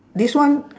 this one